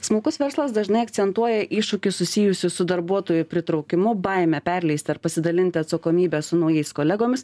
smulkus verslas dažnai akcentuoja iššūkius susijusius su darbuotojų pritraukimu baime perleisti ar pasidalinti atsakomybe su naujais kolegomis